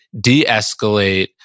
de-escalate